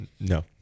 No